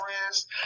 friends